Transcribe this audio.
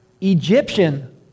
Egyptian